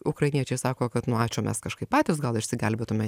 ukrainiečiai sako kad nu ačiū mes kažkaip patys gal išsigelbėtume